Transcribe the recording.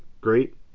great